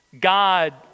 God